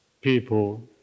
people